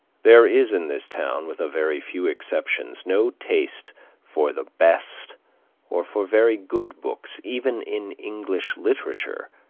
there is in this town, with a very few exceptions, no taste for the best or for very good books even in english literature,